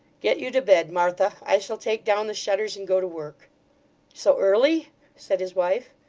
get you to bed, martha. i shall take down the shutters and go to work so early said his wife.